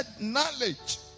knowledge